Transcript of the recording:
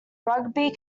rugby